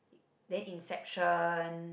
then Inception